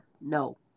no